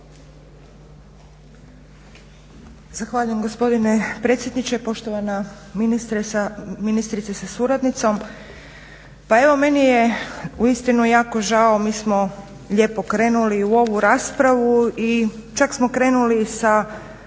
Zahvaljujem gospodine predsjedniče. Poštovana ministrice sa suradnicom. Pa evo meni je uistinu jako žao, mi smo lijepo krenuli u ovu raspravu i čak smo krenuli sa